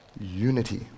unity